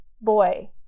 boy